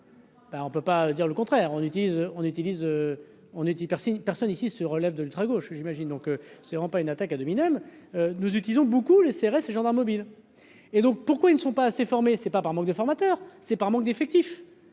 on utilise on est hyper si personne ici se relève de l'ultragauche j'imagine donc ses renpas une attaque ad hominem. Nous utilisons beaucoup les CRS et gendarmes mobiles et donc pourquoi ils ne sont pas assez formés, c'est pas par manque de formateurs, c'est par manque d'effectifs